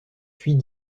puis